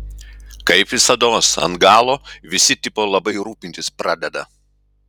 kaip visados ant galo visi tipo labai rūpintis pradeda